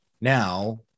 now